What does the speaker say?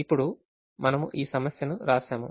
ఇప్పుడు మనము ఈ సమస్యను వ్రాసాము